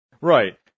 Right